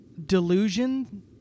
delusion